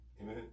Amen